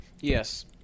Yes